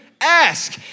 Ask